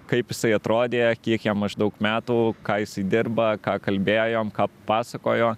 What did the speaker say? kaip jisai atrodė kiek jam maždaug metų ką jisai dirba ką kalbėjom ką pasakojo